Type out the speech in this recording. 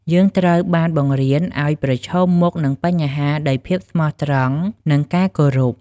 យើងត្រូវបានបង្រៀនឱ្យប្រឈមមុខនឹងបញ្ហាដោយភាពស្មោះត្រង់ និងការគោរព។